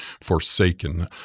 forsaken